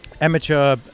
Amateur